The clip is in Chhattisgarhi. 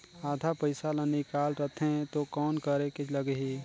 आधा पइसा ला निकाल रतें तो कौन करेके लगही?